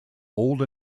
old